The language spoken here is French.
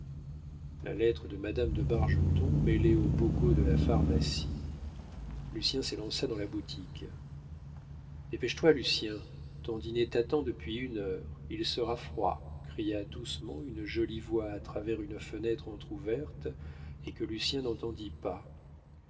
la lettre de madame de bargeton mêlée aux bocaux de la pharmacie lucien s'élança dans la boutique dépêche-toi lucien ton dîner t'attend depuis une heure il sera froid cria doucement une jolie voix à travers une fenêtre entr'ouverte et que lucien n'entendit pas